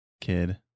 kid